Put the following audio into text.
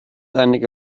einige